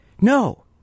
No